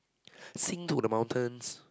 sing to the mountains